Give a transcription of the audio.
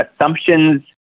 assumptions